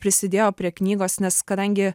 prisidėjo prie knygos nes kadangi